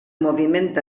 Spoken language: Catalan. moviment